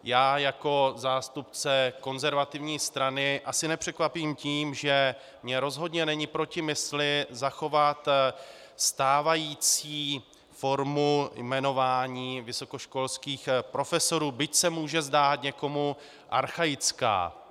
Já jako zástupce konzervativní strany asi nepřekvapím tím že mě rozhodně není proti mysli zachovat stávající formu jmenování vysokoškolských profesorů, byť se může zdát někomu archaická.